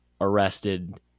arrested